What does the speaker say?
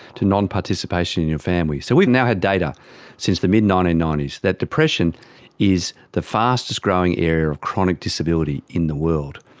to nonparticipation in your family. so we've had data since the mid nineteen ninety s that depression is the fastest growing area of chronic disability in the world,